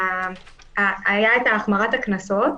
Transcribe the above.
היה את החרמת הקנסות,